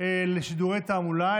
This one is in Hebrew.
של שידורי תעמולה.